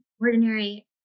ordinary